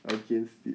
against it